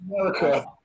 America